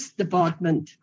department